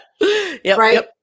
Right